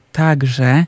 także